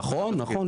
נכון, נכון.